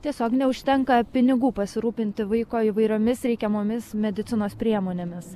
tiesiog neužtenka pinigų pasirūpinti vaiko įvairiomis reikiamomis medicinos priemonėmis